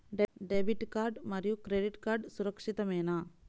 Debit card మరియు credit card సురక్షితమేనా?